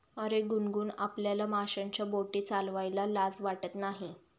अरे गुनगुन, आपल्याला माशांच्या बोटी चालवायला लाज वाटत नाही